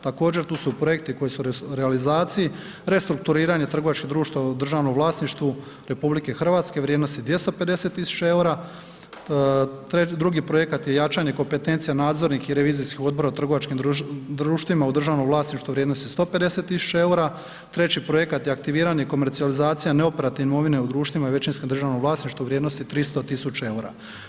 Također, tu su projekti koji su u realizaciji, restrukturiranje trgovačkih društava u državnom vlasništvu RH vrijednosti 250 tisuća eura, drugi projekat je jačanje kompetencije nadzornih i revizijskih odbora u trgovačkih društvima u državnom vlasništvu od 150 tisuća eura, treći projekat je aktiviranje komercijalizacije neoperativne imovine u društvima i većinskom državnom vlasništvu u vrijednosti 300 tisuća eura.